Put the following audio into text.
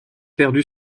perdu